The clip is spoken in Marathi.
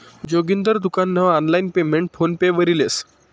जोगिंदर दुकान नं आनलाईन पेमेंट फोन पे वरी लेस